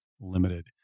Limited